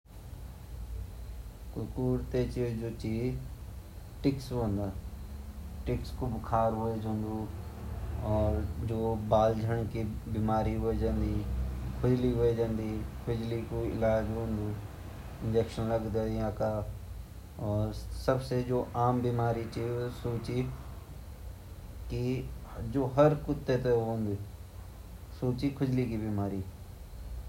कुत्तु आम समस्या वोन्दि की उमा ज्यादा खुजली वे जांदी, खुजली वे जांदी ता उमा पिस्सू पड़ जांदा चाहे उते नवेलया पर उमा अट्टा पडदा अर उते खासी प्रॉब्लम वोन्दि अर जु उंगा खुट्टा छिन ज़्यादा पांडी से भी उंगा खुट्टा माँ खुजली समस्या वे जांदी भोत फाफड़ा जान वे जान।